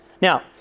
Now